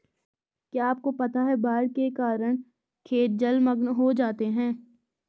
क्या आपको पता है बाढ़ के कारण खेत जलमग्न हो जाते हैं?